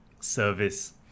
service